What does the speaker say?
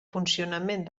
funcionament